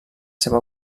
seva